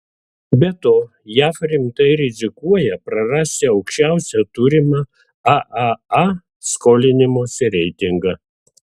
be to jav rimtai rizikuoja prarasti aukščiausią turimą aaa skolinimosi reitingą